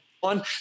One